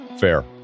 Fair